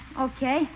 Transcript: Okay